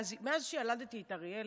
מאז שילדתי את אריאל,